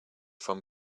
from